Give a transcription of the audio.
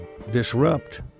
disrupt